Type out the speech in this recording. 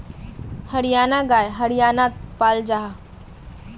हरयाना गाय हर्यानात पाल जाहा